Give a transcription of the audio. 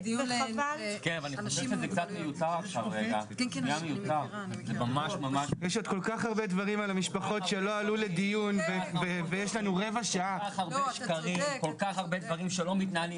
יש כל כך הרבה דברים שמתנהלים לא נכון,